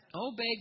Obey